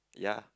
ya